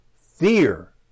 fear